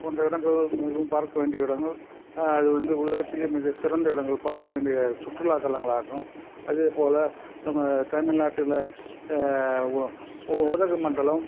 போன்ற இடங்கள் மிகவும் பார்க்க வேண்டிய இடங்கள் அது வந்து உலகத்திலேயே மிக சிறந்த இடங்கள் பார்க்க வேண்டிய சுற்றுலா தலங்களாகும் அதேப்போல் நம்ம தமிழ்நாட்டில் உ உதகைமண்டலம்